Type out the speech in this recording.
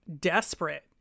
desperate